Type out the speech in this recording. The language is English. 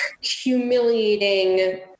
humiliating